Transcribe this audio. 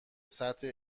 سطح